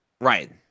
Right